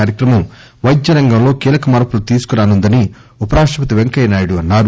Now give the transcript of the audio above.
కార్యక్రమం వైద్య రంగం లో కీలక మార్పులు తీసుకు రానుందని ఉప రాష్టపతి వెంకయ్యనాయుడు అన్నారు